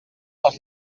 els